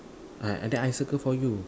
I I think I circle for you